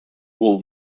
wool